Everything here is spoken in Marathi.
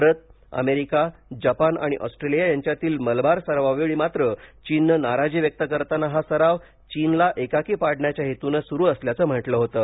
भारत अमेरिका जपान आणि ऑस्ट्रेलिया यांच्यातील मलबार सरावावेळी मात्र चीननं नाराजी व्यक्त करताना हा सराव चीनला एकाकी पाडण्याच्या हेतूनं सुरू असल्याचं म्हटलं होतं